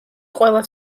ყველა